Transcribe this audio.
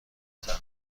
طلا